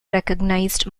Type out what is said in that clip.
recognized